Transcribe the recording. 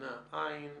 נמנע אין.